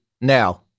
now